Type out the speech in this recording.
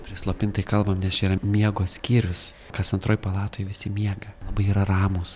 prislopintai kalbam nes čia yra miego skyrius kas antroj palatoj visi miega labai yra ramūs